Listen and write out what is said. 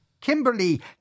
Kimberly